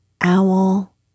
Owl